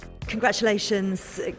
Congratulations